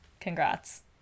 congrats